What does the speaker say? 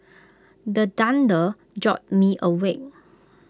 the thunder jolt me awake